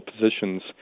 positions